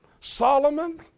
Solomon